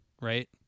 right